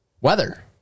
Weather